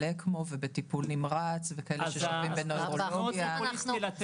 55% ולא 30%. אני ביקשתי את זה בהסתייגות שלי.